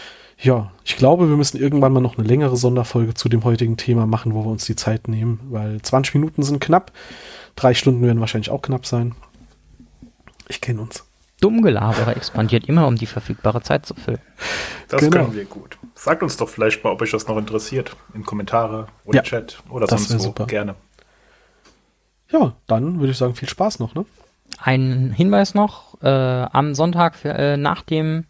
Ja, ich glaube, wir müssen irgendwann mal noch eine längere Sonderfolge zu dem heutigen Thema machen, wo wir uns die Zeit nehmen, weil 20 Minuten sind knapp. Drei Stunden werden wahrscheinlich auch knapp sein. Ich kenn uns. Dummgelaber expandiert immer, um die verfügbare Zeit zu füllen. Das Genau. können wir gut. Sagt uns doch vielleicht mal, ob euch das noch interessiert, in Kommentare oder Ja, Chat oder das sonst wär wo. super. Gerne. Ja, dann würde ich sagen, viel Spaß noch, ne? Ein Hinweis noch, äh, am Sonntag für- äh, nach dem